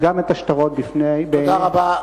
גם את השטרות בפני העיוורים.